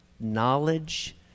knowledge